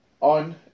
on